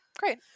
great